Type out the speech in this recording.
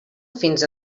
fins